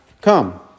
come